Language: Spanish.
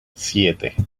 siete